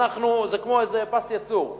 זה כמו איזה פס ייצור.